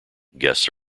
guests